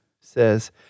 says